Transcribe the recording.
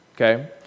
okay